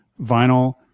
vinyl